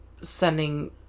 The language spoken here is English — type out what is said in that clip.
sending